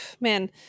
man